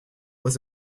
was